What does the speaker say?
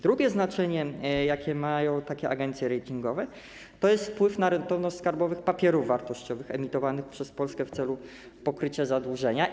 Drugie znaczenie, jakie mają takie agencje ratingowe, to jest wpływ na rentowność skarbowych papierów wartościowych emitowanych przez Polskę w celu pokrycia zadłużenia.